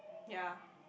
ya